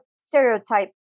stereotype